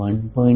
8 1